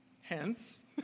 Hence